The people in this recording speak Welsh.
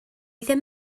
ddim